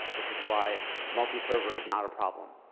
which is why multi-server is not a problem.